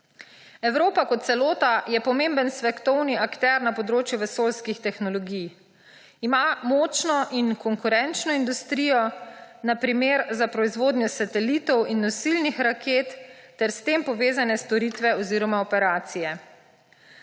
Evropa kot celota je pomemben svetovni akter na področju vesoljskih tehnologij. Ima močno in konkurenčno industrijo, na primer, za proizvodnjo satelitov in nosilnih raket ter s tem povezane storitve oziroma operacije.